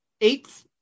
eight